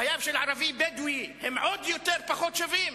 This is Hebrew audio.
חייו של ערבי בדואי הם עוד פחות שווים?